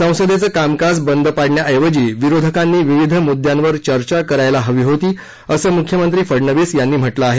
संसदेचं कामकाज बंद पाडण्याऐवजी विरोधकांनी विविध मुद्यांवर चर्चा करायला हवी होती असं मुख्यमंत्री फडणवीस यांनी म्हटलं आहे